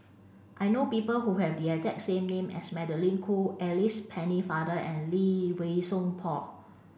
I know people who have the exact same name as Magdalene Khoo Alice Pennefather and Lee Wei Song Paul